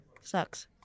Sucks